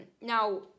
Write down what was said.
Now